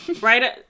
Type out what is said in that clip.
Right